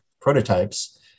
prototypes